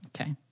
Okay